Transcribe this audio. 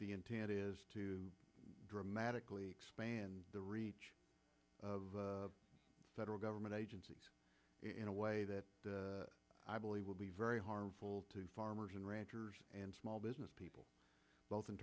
it is to dramatically expand the reach of federal government agencies in a way that i believe will be very harmful to farmers and ranchers and small business people both in